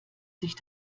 sich